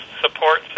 support